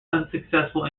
unsuccessful